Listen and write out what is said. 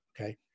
okay